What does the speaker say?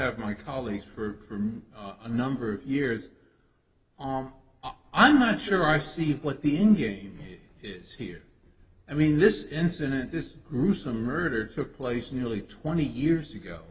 have my colleagues for a number of years i'm not sure i see what the end game is here i mean this incident this gruesome murder took place nearly twenty years ago